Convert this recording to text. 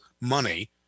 money